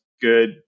good